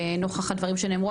בנוכח הדברים שנאמרו,